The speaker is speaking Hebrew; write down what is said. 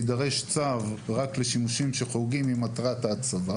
יידרש צו רק לשימושים שחורגים ממטרת הצו,